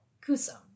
Kusum